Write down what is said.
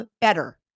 better